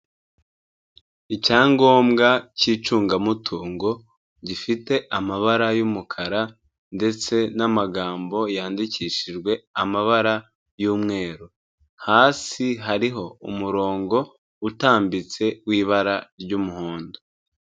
Icyangombwa cy'icungamutungo gifite amabara y'umukara ndetse n'amagambo yandikishijwe amabara y'umweru. Hasi hariho umurongo utambitse w'ibara ry'umuhondo.